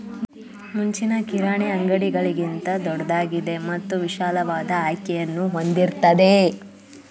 ಮುಂಚಿನ ಕಿರಾಣಿ ಅಂಗಡಿಗಳಿಗಿಂತ ದೊಡ್ದಾಗಿದೆ ಮತ್ತು ವಿಶಾಲವಾದ ಆಯ್ಕೆಯನ್ನು ಹೊಂದಿರ್ತದೆ